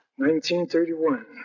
1931